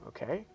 Okay